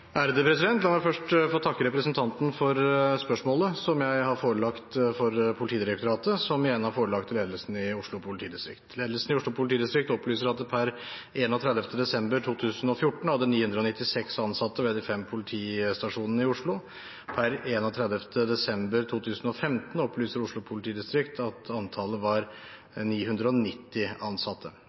La meg først få takke representanten for spørsmålet, som jeg har forelagt Politidirektoratet, som igjen har forelagt det ledelsen i Oslo politidistrikt. Ledelsen i Oslo politidistrikt opplyser at de per 31. desember 2014 hadde 996 ansatte ved de fem politistasjonene i Oslo. Per 31. desember 2015 opplyser Oslo politidistrikt at antallet var 990 ansatte.